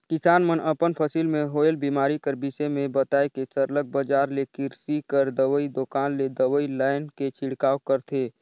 किसान मन अपन फसिल में होवल बेमारी कर बिसे में बताए के सरलग बजार ले किरसी कर दवई दोकान ले दवई लाएन के छिड़काव करथे